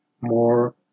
more